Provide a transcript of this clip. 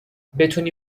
بتونی